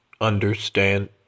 understand